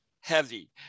heavy